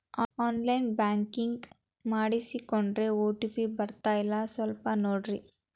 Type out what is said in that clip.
on line banking ಮಾಡಿಸ್ಕೊಂಡೇನ್ರಿ OTP ಬರ್ತಾಯಿಲ್ಲ ಸ್ವಲ್ಪ ನೋಡ್ರಿ